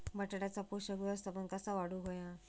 बटाट्याचा पोषक व्यवस्थापन कसा वाढवुक होया?